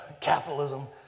Capitalism